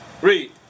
read